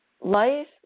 Life